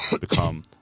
become